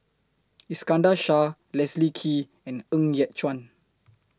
Iskandar Shah Leslie Kee and Ng Yat Chuan